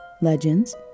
legends